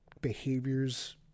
behaviors